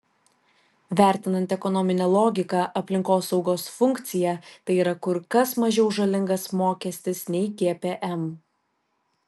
vertinant ekonominę logiką aplinkosaugos funkciją tai yra kur kas mažiau žalingas mokestis nei gpm